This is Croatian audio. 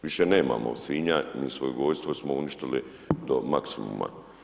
Više nemamo svinja, ni svinjogojstvo smo uništili do maksimuma.